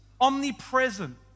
omnipresent